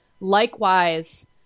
likewise